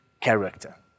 character